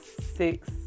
six